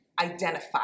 identify